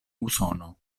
usono